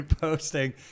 posting